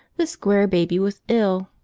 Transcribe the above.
the square baby was ill,